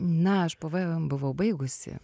na aš pv buvau baigusi